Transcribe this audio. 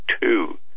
two